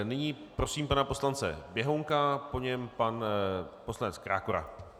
Nyní prosím pana poslance Běhounka, po něm pan poslanec Krákora.